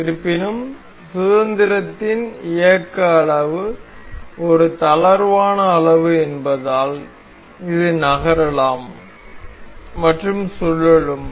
இருப்பினும் சுதந்திரத்தின் இயக்க அளவு ஒரு தளர்வான அளவு என்பதால் இது நகரலாம் மற்றும் சுழலும்